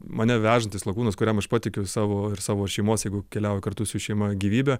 mane vežantis lakūnas kuriam aš patikiu savo ir savo šeimos jeigu keliauju kartu su šeima gyvybę